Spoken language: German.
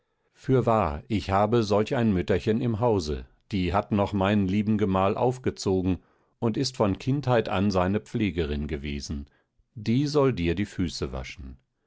fürwahr ich habe solch ein mütterchen im hause die hat noch meinen lieben gemahl aufgezogen und ist von kindheit an seine pflegerin gewesen die soll dir die füße waschen